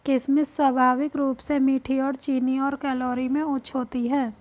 किशमिश स्वाभाविक रूप से मीठी और चीनी और कैलोरी में उच्च होती है